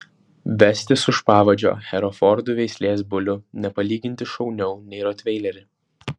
vestis už pavadžio herefordų veislės bulių nepalyginti šauniau nei rotveilerį